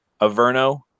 Averno